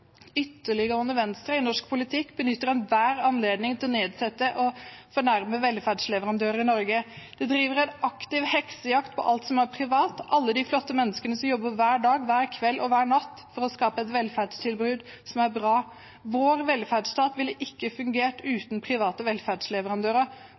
Ytterliggående venstre i norsk politikk benytter enhver anledning til å snakke ned og fornærme velferdsleverandører i Norge. De driver en aktiv heksejakt på alt som er privat, på alle de flotte menneskene som jobber hver dag, hver kveld og hver natt for å skape et velferdstilbud som er bra. Vår velferdsstat ville ikke fungert